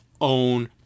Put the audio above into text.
own